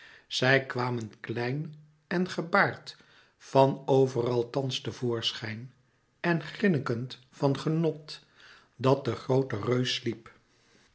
zij kwamen klein en gebaard van overal thans te voorschijn en grinnikend van genot dat de groote reus sliep